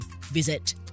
visit